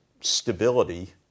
stability